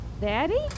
Daddy